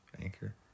anchor